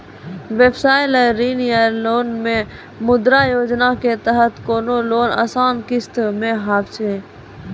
व्यवसाय ला ऋण या लोन मे मुद्रा योजना के तहत कोनो लोन आसान किस्त मे हाव हाय?